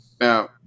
Now